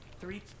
Three